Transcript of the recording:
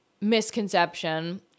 misconception